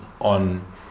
on